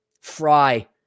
Fry